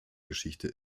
geschichte